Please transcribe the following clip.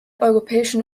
europäischen